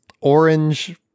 orange